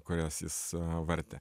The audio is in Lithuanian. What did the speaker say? kurias jis vartė